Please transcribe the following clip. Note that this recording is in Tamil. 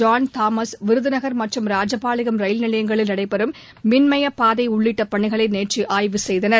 ஜான் தாமஸ் விருதுநகர் மற்றும் ராஜபாளையம் ரயில் நிலையங்களில் நடைபெறும் மின்மயப் பாதை உள்ளிட்ட பணிகளை நேற்று ஆய்வு செய்தார்